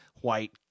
white